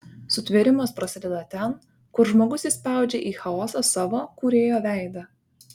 sutvėrimas prasideda ten kur žmogus įspaudžia į chaosą savo kūrėjo veidą